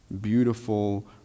beautiful